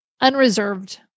unreserved